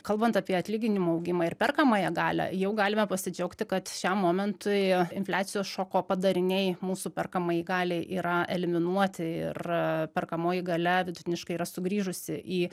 kalbant apie atlyginimų augimą ir perkamąją galią jau galime pasidžiaugti kad šiam momentui infliacijos šoko padariniai mūsų perkamajai galiai yra eliminuoti ir perkamoji galia vidutiniškai yra sugrįžusi į